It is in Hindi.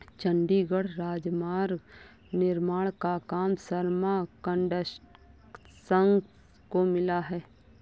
चंडीगढ़ राजमार्ग निर्माण का काम शर्मा कंस्ट्रक्शंस को मिला है